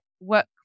work